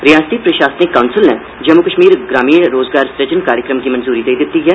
रिआसती प्रशासनिक काउंसल नै जम्मू कश्मीर ग्रामीण रोजगार सृजन कार्यक्रम गी मंजूरी देई दित्ती ऐ